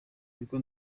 ibigo